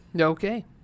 Okay